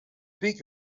peak